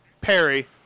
Perry